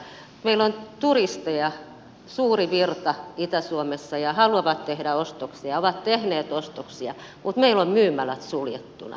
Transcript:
meillä on turisteja suuri virta itä suomessa ja he haluavat tehdä ostoksia ovat tehneet ostoksia mutta meillä on myymälät suljettuna